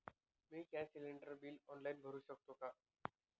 मी gas cylinder bill online भरु शकते का?